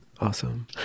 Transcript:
awesome